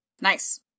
Nice